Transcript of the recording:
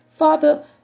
Father